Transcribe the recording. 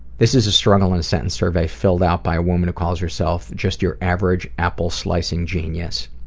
this is a struggle in a sentence survey filled out by a woman who calls herself just your average apple-slicing genius.